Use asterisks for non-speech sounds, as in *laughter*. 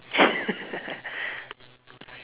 *laughs*